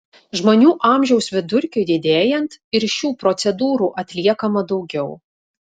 žmonių amžiaus vidurkiui didėjant ir šių procedūrų atliekama daugiau